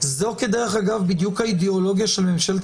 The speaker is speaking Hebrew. זו כדרך אגב בדיוק האידיאולוגיה של ממשלת